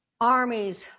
armies